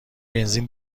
بنزین